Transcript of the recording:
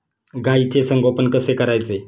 गाईचे संगोपन कसे करायचे?